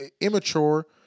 immature